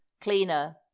cleaner